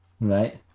Right